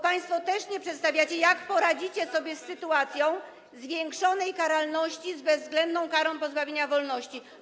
Państwo też nie pokazujecie, jak poradzicie sobie w sytuacji zwiększonej karalności z bezwzględną karą pozbawienia wolności.